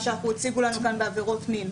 במה שאנחנו עושים כאן לגבי עבירות מין.